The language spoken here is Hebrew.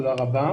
תודה רבה.